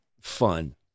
fun